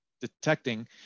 detecting